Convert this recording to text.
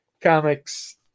comics